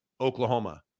Oklahoma